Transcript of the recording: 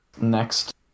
next